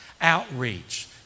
outreach